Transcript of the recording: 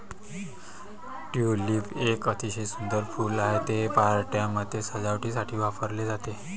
tulip एक अतिशय सुंदर फूल आहे, ते पार्ट्यांमध्ये सजावटीसाठी वापरले जाते